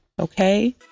okay